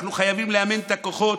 ואנחנו חייבים לאמן את הכוחות,